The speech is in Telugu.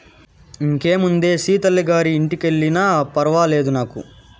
ఇంకేముందే సీతల్లి గారి ఇంటికెల్లినా ఫర్వాలేదు నాకు